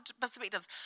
perspectives